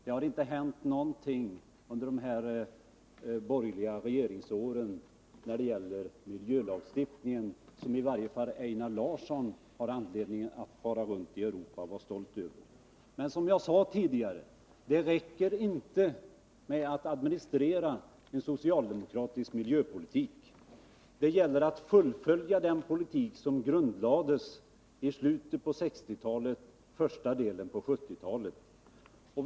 Det har inte hänt någonting under de borgerliga regeringsåren när det gäller miljölagstiftning som Einar Larsson har anledning att fara runt i Europa och vara stolt över. Men det är som jag sade tidigare: Det räcker inte med att administrera en socialdemokratisk miljöpolitik. Det gäller att fullfölja den politik som grundlades i slutet på 1960-talet och första delen av 1970-talet.